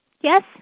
Yes